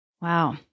Wow